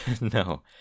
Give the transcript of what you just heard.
No